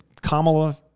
Kamala